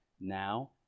now